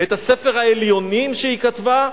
את הספר "העליונים" שהיא כתבה?